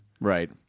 Right